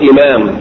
Imam